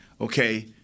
Okay